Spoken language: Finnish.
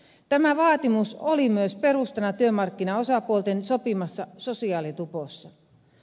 tämä vaatimus oli myös perusteena työmarkkinaosapuolten sopimassa sosiaalitupossa